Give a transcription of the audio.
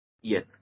yes